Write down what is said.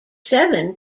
seven